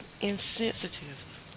insensitive